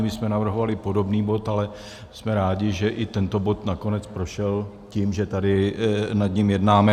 My jsme navrhovali podobný bod, ale jsme rádi, že i tento bod nakonec prošel, tím, že tady nad ním jednáme.